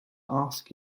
ask